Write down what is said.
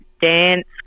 dance